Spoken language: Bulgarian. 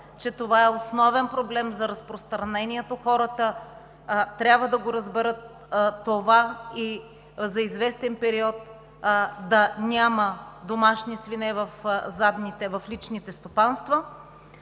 че това е основен проблем за разпространението. Хората трябва да разберат това и за известен период да нямат домашни свине в личните стопанства.